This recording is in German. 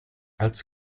als